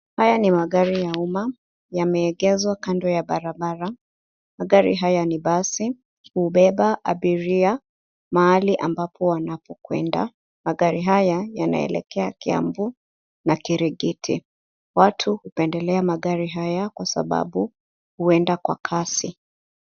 Haya ni magari ya umma, yameegeshwa kando ya barabara. Magari haya ni basi, hubeba abiria mahali ambapo wanapokwenda. Magari haya yanaelekea Kiambu na Kirigiti. Watu hupendelea magari haya kwa sababu huenda kwa kasi.